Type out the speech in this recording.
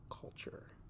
culture